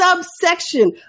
subsection